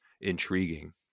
intriguing